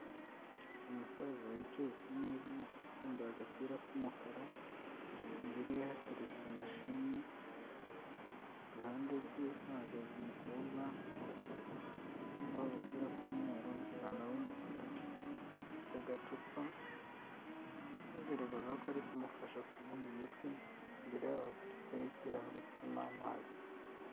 Umusaza wicaye kumeza yambaye agapira k'umukara imbere hateretse mashini iruhande rwe hahagaze umukobwa wambaye agapira k'umweru n'ipantaro y'umukara afite agacupa agaragaza ko ari kumufasha kumuha imiti imbere yabo hateretseho ikirahure kirimo amazi.